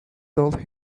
told